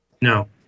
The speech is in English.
No